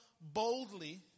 boldly